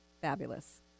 Fabulous